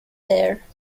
there